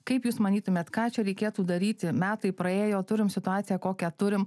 kaip jūs manytumėt ką čia reikėtų daryti metai praėjo turim situaciją kokią turim